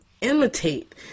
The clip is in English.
imitate